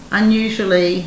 unusually